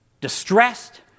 distressed